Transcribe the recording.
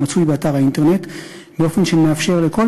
המצוי באתר האינטרנט באופן שמאפשר לכל